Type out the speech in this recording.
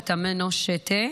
זה תָמֵנוֹ שֶׁטֶה,